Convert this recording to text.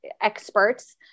experts